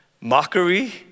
mockery